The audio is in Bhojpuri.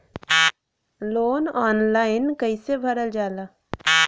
लोन ऑनलाइन कइसे भरल जाला?